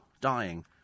dying